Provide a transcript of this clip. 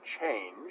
change